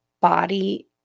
body